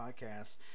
podcast